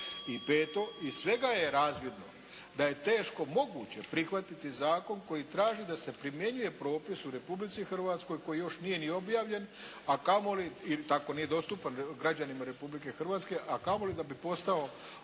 I peto. Iz svega je razvidno da je teško moguće prihvatiti zakon koji traži da se primjenjuje propis u Republici Hrvatskoj koji još nije ni objavljen a kamoli, tako nije ni dostupan građanima Republike Hrvatske, a kamoli da bi postao